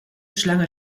schlange